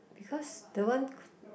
because the one